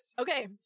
Okay